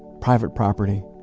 private property.